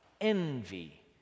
envy